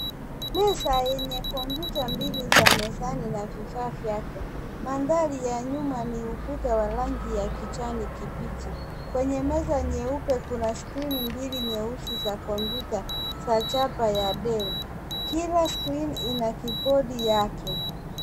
Meza yenye kompyuta mbili za mezani na vifaa vyake. Mandhari ya nyuma ni ukuta wa rangi ya kijani kibichi. Kwenye meza nyeupe kuna screen mbili nyeusi za kompyuta za chapa ya DELL. Kila screen ina kibodi yake.